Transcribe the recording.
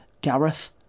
Gareth